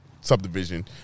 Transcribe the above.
subdivision